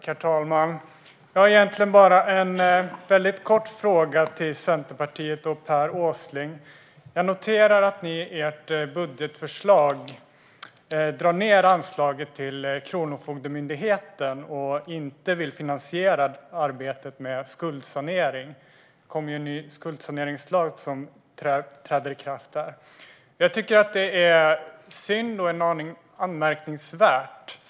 Herr talman! Jag har egentligen bara en kort till fråga till Centerpartiet och Per Åsling. Jag noterar att ni i ert budgetförslag drar ned på anslaget till Kronofogdemyndigheten och inte vill finansiera arbetet med skuldsanering, Per Åsling. Det kommer ju en ny skuldsaneringslag som träder i kraft. Jag tycker att det är synd och en aning anmärkningsvärt.